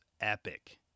epic